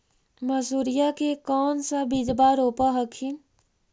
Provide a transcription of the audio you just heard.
मसुरिया के कौन सा बिजबा रोप हखिन?